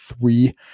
three